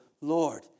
Lord